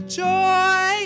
joy